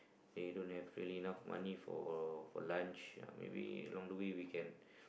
they don't have really enough money for for lunch then maybe along the we can